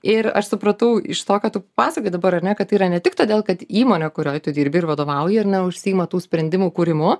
ir aš supratau iš to ką tu papasakojai dabar ar ne kad tai yra ne tik todėl kad įmonė kurioj tu dirbi ir vadovauji ar ne užsiima tų sprendimų kūrimu